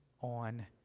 on